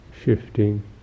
shifting